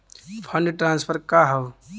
Fund transfer का हव?